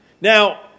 Now